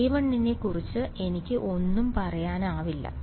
A1 നെ കുറിച്ച് എനിക്ക് ഒന്നും പറയാനാവില്ല